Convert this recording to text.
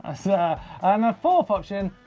ah so yeah and the fourth option,